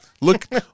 Look